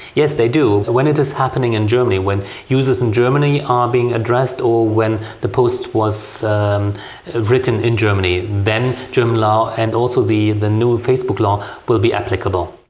yes, they do. when it is happening in germany, when users in germany are being addressed or when the post was um written in germany, then german law and also the the new facebook law will be applicable.